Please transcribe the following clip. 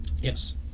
Yes